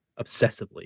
obsessively